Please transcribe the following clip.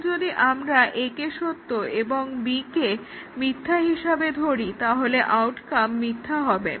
এখন যদি আমরা A কে সত্য এবং B কে মিথ্যা হিসাবে ধরি তাহলে আউটকাম মিথ্যা হবে